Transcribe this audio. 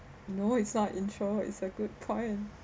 no it's not ensure it's a good point